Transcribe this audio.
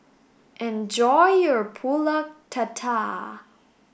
enjoy your Pulut Tatal